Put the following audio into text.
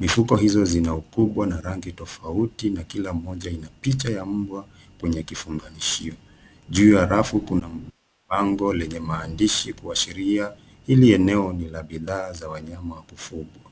Mifuko hizo zina ukubwa na rangi tofauti na kila mmoja ina picha ya umbwa kwenye kifunganishio. Juu ya rafu kuna bango lenye maandishi kuashiria hili eneo ni la bidhaa za wanyama wa kufungwa.